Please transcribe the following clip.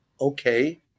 okay